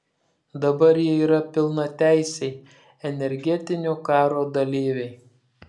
dabar jie yra pilnateisiai energetinio karo dalyviai